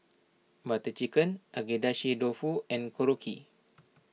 Butter Chicken Agedashi Dofu and Korokke